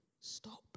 stop